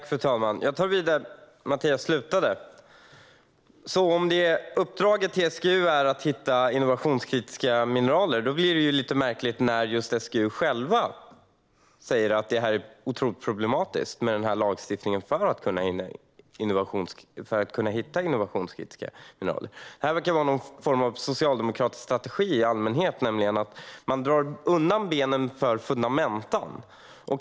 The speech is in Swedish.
Fru talman! Jag tar vid där Mattias Bäckström Johansson slutade. Om uppdraget till SGU är att de ska hitta innovationskritiska mineraler blir det lite märkligt när SGU själva säger att det är otroligt problematiskt med denna lagstiftning för att kunna hitta innovationskritiska mineraler. Det verkar vara någon form av socialdemokratisk strategi i allmänhet att man drar undan benen för fundamenta.